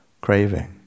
craving